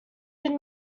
did